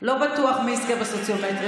לא בטוח מי יזכה בסוציומטרי.